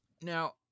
Now